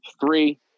three